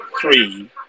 three